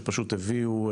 שפשוט הביאו,